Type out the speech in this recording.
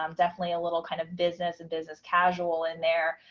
um definitely a little kind of business and business casual in there.